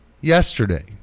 yesterday